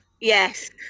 Yes